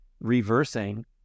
reversing